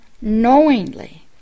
knowingly